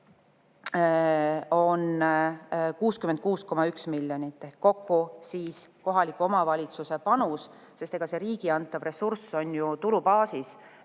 on 66,1 miljonit. Kokku on kohaliku omavalitsuse panus – see riigi antav ressurss on ju tulubaasis,